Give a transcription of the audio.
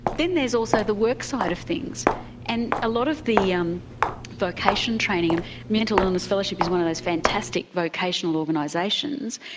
then there's also the work side of things and a lot of the um vocation training and mental illness fellowship is one of those fantastic vocational organisations,